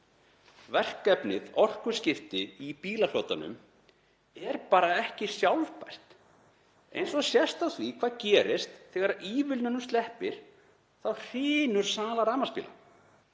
Verkefni orkuskipta í bílaflotanum er bara ekki sjálfbært, eins og sést á því hvað gerist þegar ívilnunum sleppir; sala rafmagnsbíla